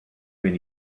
been